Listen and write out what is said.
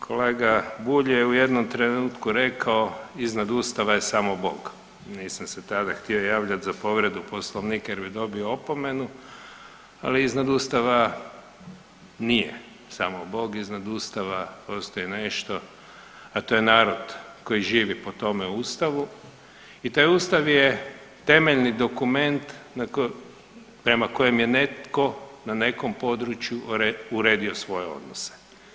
Kolega Bulj je u jednom trenutku rekao iznad Ustava je samo Bog, nisam se tada htio javljat za povredu Poslovnika jer bi dobio opomenu, ali iznad Ustava nije samo Bog, iznad Ustava postoji nešto, a to je narod koji živi po tome Ustavu i taj Ustav je temeljni dokument prema kojem je netko na nekom području uredio svoje odnose.